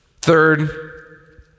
Third